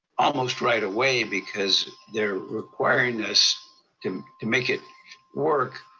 almost right away because they're requiring us to make it work,